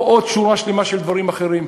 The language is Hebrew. או, עוד שורה שלמה של דברים אחרים.